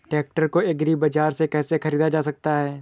Tractor को agri बाजार से कैसे ख़रीदा जा सकता हैं?